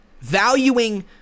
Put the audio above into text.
valuing